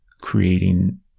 creating